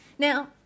Now